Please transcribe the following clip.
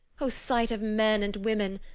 o sight of men and women,